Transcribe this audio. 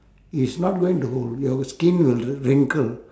it's not going to your skin will wrinkle